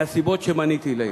מהסיבות שמניתי לעיל.